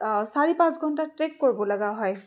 চাৰি পাঁচ ঘণ্টাৰ ট্ৰেক কৰিব লগা হয়